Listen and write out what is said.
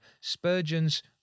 Spurgeon's